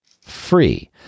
Free